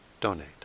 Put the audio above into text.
donate